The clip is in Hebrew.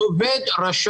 העובד אינו עבד,